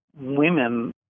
women